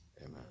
Amen